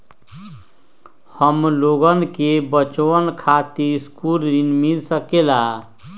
हमलोगन के बचवन खातीर सकलू ऋण मिल सकेला?